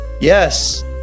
Yes